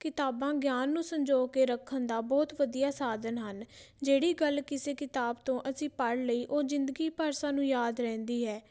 ਕਿਤਾਬਾਂ ਗਿਆਨ ਨੂੰ ਸੰਜੋਅ ਕੇ ਰੱਖਣ ਦਾ ਬਹੁਤ ਵਧੀਆ ਸਾਧਨ ਹਨ ਜਿਹੜੀ ਗੱਲ ਕਿਸੇ ਕਿਤਾਬ ਤੋਂ ਅਸੀਂ ਪੜ੍ਹ ਲਈ ਉਹ ਜ਼ਿੰਦਗੀ ਭਰ ਸਾਨੂੰ ਯਾਦ ਰਹਿੰਦੀ ਹੈ